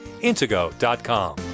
intego.com